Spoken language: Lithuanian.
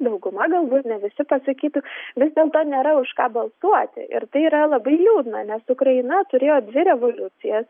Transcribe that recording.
dauguma galbūt ne visi pasakytų vis dėlto nėra už ką balsuoti ir tai yra labai liūdna nes ukraina turėjo dvi revoliucijas